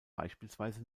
beispielsweise